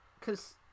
cause